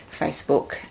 facebook